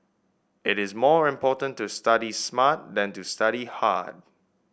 it is more important to study smart than to study hard